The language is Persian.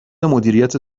مدیریت